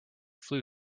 flu